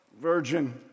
virgin